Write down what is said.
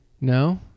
No